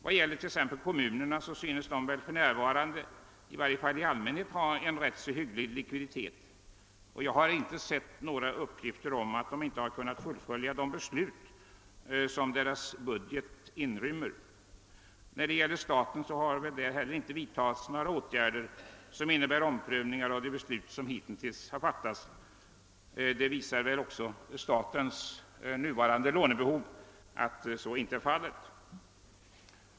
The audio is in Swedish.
Vad gäller exempelvis kommunerna tycks likviditeten i varje fall för närvarande vara rätt hygglig, och jag har inte sett några uppgifter om att kommunerna inte kunnat fullfölja de beslut som deras budgeter inrymmer. Inte heller staten har väl vidtagit några åtgärder som innebär omprövning av hit tills fattade beslut. Att så inte är fallet visar även statens nuvarande lånebehov.